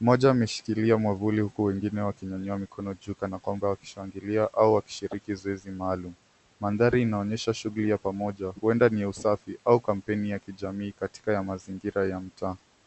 moja ameshikilia mwavuli huku wengine wakinyanyua mikono juu kana kwamba wanashangilia au wakishiriki zizi maalum. Mandhari inaonyesha shughuli ya pamoja, huenda ni ya usafi au kampeni ya kijamii katika mazingira ya mtaa.